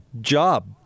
job